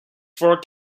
four